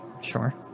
Sure